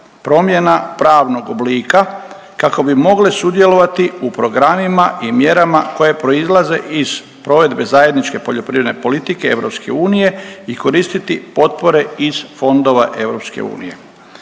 promjena pravnog oblika kako bi mogle sudjelovati u programima i mjerama koje proizlaze iz provedbe zajedničke poljoprivredne politike EU i koristiti potpore iz fondova EU.